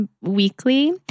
weekly